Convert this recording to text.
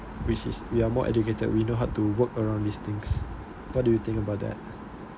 which is we are more educated we know how to work around these things what do you think about that